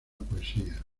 poesía